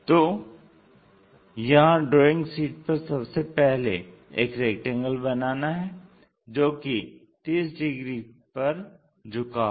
तो यहाँ drawing sheet पर सबसे पहले एक रेक्टेंगल बनाना है जो कि 30 डिग्री पर झुका हो